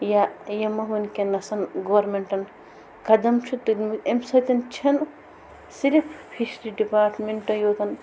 یا یِمہٕ وٕنکیٚنَسَن گورمیٚنٛٹَن قدم چھِ تُلمٕتۍ امہِ سۭتۍ چھِنہٕ صرف فِشری ڈِپاٹمنٛٹٕے یوتَن